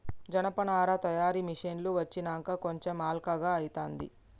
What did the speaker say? జనపనార తయారీ మిషిన్లు వచ్చినంక కొంచెం అల్కగా అయితాంది